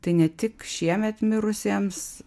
tai ne tik šiemet mirusiems